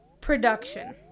production